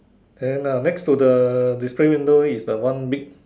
then uh next to the display window is the one big